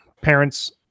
parents